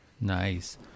Nice